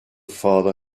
father